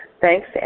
Thanks